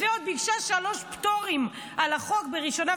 ועוד ביקשה שלושה פטורים על החוק לראשונה,